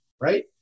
right